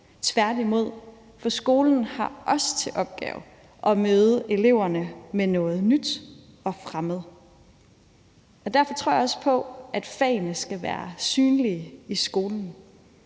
tværtimod, for skolen har også til opgave at møde eleverne med noget nyt og fremmed. Derfor tror jeg også på, at fagene skal være synlige i skolen.